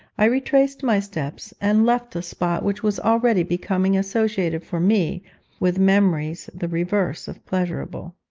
i retraced my steps, and left a spot which was already becoming associated for me with memories the reverse of pleasurable.